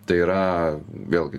tai yra vėlgi